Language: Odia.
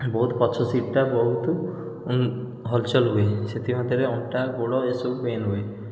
ବହୁତ ପଛ ସିଟ୍ଟା ବହୁତ ଉଁ ହଲଚଲ ହୁଏ ସେଥିମଧ୍ୟରେ ଅଣ୍ଟା ଗୋଡ଼ ଏସବୁ ପେନ୍ ହୁଏ